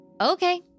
Okay